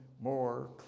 more